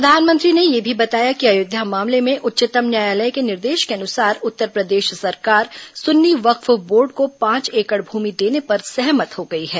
प्रधानमंत्री ने यह भी बताया कि अयोध्या मामले में उच्चतम न्यायालय के निर्देश के अनुसार उत्तरप्रदेश सरकार सुन्नी वक्फ बोर्ड को पांच एकड़ भूमि देने पर सहमत हो गई है